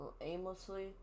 aimlessly